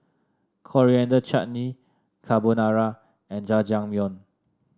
Coriander Chutney Carbonara and Jajangmyeon